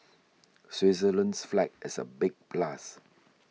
Switzerland's flag is a big plus